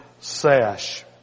sash